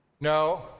No